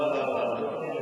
לא, לא, לא.